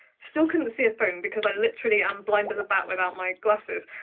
still couldn't see a phone because i literally am blind as a bat without my glasses.